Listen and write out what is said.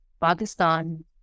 Pakistan